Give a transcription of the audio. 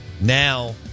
Now